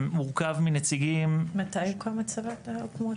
שמורכב מנציגים --- מתי הוקמו הצוותים?